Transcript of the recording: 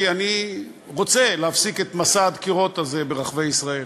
כי אני רוצה להפסיק את מסע הדקירות הזה ברחבי ישראל,